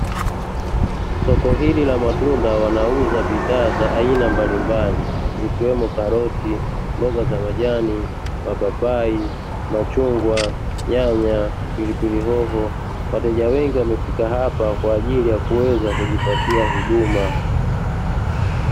Soko hili la matunda wanauza bidhaa za aina mbalimbali zikiwemo karoti, mboga za majani, mapapai, machungwa, nyanya, pilipili hoho wateja wengi wamefika hapa kwaajili ya kuweza kujipatia huduma.